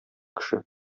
кеше